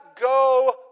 go